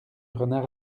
renard